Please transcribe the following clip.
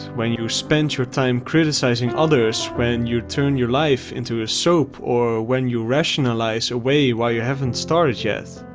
when you spend your time criticizing others, when you turn your life into a soap or when you rationalize away why you haven't started yet?